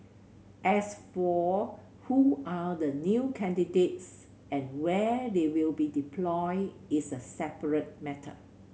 as for who are the new candidates and where they will be deployed is a separate matter